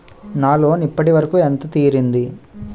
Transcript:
నా లోన్ ఇప్పటి వరకూ ఎంత తీరింది?